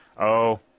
Oh